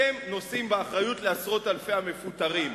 אתם נושאים באחריות לעשרות אלפי המפוטרים.